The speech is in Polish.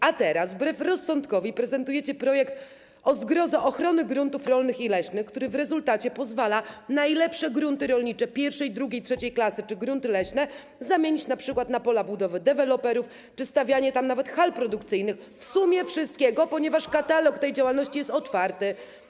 A teraz, wbrew rozsądkowi, prezentujecie projekt, o zgrozo, ochrony gruntów rolnych i leśnych, który w rezultacie pozawala najlepsze grunty rolnicze: I, II, III klasy czy grunty leśne zamienić np. na pola budowy deweloperów czy na stawianie na tych gruntach nawet hal produkcyjnych, w sumie wszystkiego, ponieważ katalog tej działalności jest otwarty.